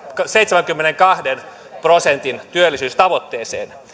seitsemänkymmenenkahden prosentin työllisyystavoitteeseen